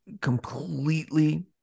completely